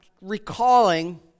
recalling